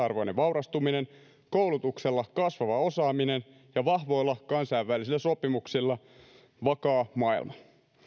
arvoinen vaurastuminen koulutuksella kasvava osaaminen ja vahvoilla kansainvälisillä sopimuksilla vakaa maailma